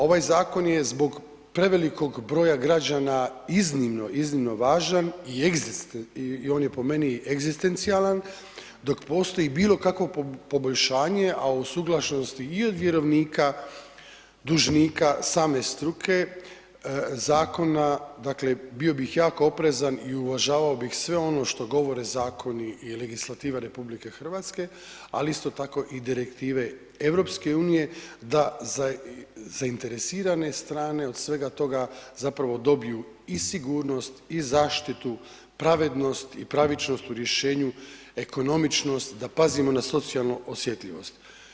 Ovaj zakon je zbog prevelikog broja građana iznimno, iznimno važan i on je po meni egzistencijalan dok postoji bilokakvo poboljšanje a usuglašenosti i od vjerovnika, dužnika, same struke, zakona, dakle bio bih jako oprezan i uvažavao bi sve ono što govore zakoni i legislativa RH ali isto tako i direktive EU-a da zainteresirane strane od svega toga zapravo dobiju i sigurnost i zaštitu i pravednost i pravičnost u rješenju, ekonomičnost, da pazimo na socijalnu osjetljivost.